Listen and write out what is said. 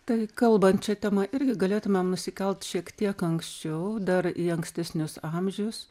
tai kalbant šia tema irgi galėtumėm nusikelt šiek tiek anksčiau dar į ankstesnius amžius